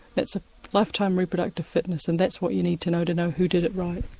that's a lifetime reproductive fitness and that's what you need to know to know who did it right